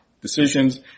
decisions